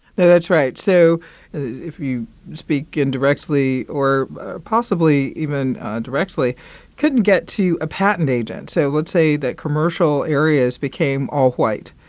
that's right. so if you speak indirectly, or possibly even directly couldn't get to a patent agent. so let's say that commercial areas became all white.